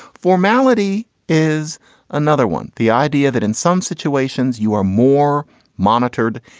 formality is another one. the idea that in some situations you are more monitored,